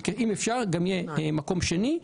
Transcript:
אם אפשר, יהיה גם מקום שני.